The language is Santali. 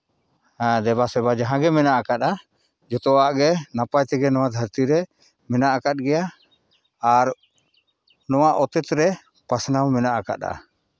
ᱫᱮᱵᱟᱼᱥᱮᱵᱟ ᱡᱟᱦᱟᱸ ᱜᱮ ᱢᱮᱱᱟᱜ ᱠᱟᱫᱟ ᱡᱚᱛᱚᱣᱟᱜ ᱜᱮ ᱱᱟᱯᱟᱭ ᱛᱮᱜᱮ ᱱᱚᱣᱟ ᱫᱷᱟᱹᱨᱛᱤ ᱨᱮ ᱢᱮᱱᱟᱜ ᱟᱠᱟᱫ ᱜᱮᱭᱟ ᱟᱨ ᱱᱚᱣᱟ ᱚᱛᱮᱛ ᱨᱮ ᱯᱟᱥᱱᱟᱣ ᱢᱮᱱᱟᱜ ᱟᱠᱟᱫᱼᱟ